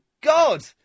God